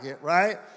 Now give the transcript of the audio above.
right